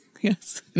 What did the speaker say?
Yes